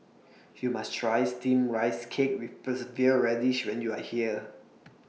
YOU must Try Steamed Rice Cake with persevere Radish when YOU Are here